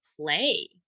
play